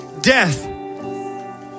death